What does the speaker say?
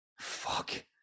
fuck